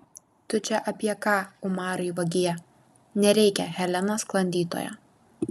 tu čia apie ką umarai vagie nereikia helena sklandytoja